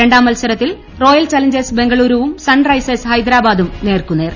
രണ്ടാം മത്സരത്തിൽ Royal Challengers ബാഗ്ലൂരും സൺ റൈസേഴ്സ് ഹൈദരാബാദും നേർക്കുനേർ